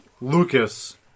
Lucas